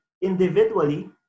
individually